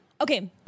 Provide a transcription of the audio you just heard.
Okay